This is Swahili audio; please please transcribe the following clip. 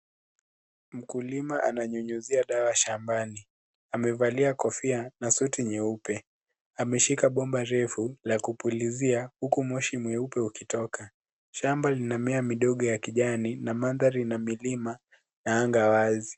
Mkulima ananyunyizia dawa shambani amevalia kofia na suti nyeupe, ameshika bomba refu la kupulizia huku moshi mweupe ukitoka shamba linamea midogo ya kijani na mandhari ina milima na anga wazi.